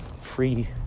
free